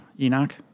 Enoch